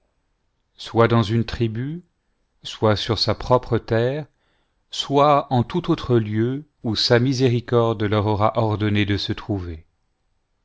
soit dans une tribu soit sur sa propre terre soit en tout autre lieu où sa miséricorde leur aura ordonné de se trouver